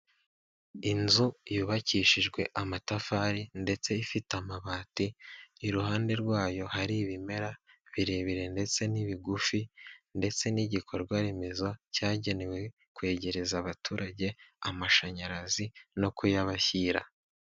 Inzu yubakishijwe amatafari ndetse ifite amabati, iruhande rwayo hari ibimera birebire ndetse n'ibigufi ndetse n'igikorwaremezo cyagenewe kwegereza abaturage amashanyarazi no kuyabashyira.